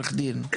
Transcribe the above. מה תפקידך?